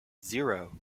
zero